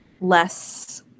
less